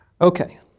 Okay